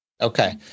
Okay